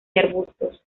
arbustos